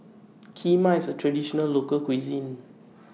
Kheema IS A Traditional Local Cuisine